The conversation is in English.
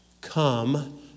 Come